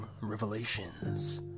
revelations